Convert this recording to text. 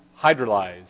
hydrolyze